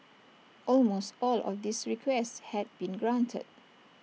almost all of these requests had been granted